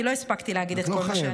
כי לא הספקתי להגיד את כל מה שאני רוצה.